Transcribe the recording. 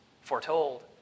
foretold